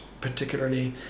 particularly